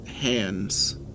hands